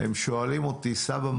הם שואלים אותי: סבא,